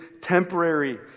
temporary